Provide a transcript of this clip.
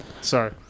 sorry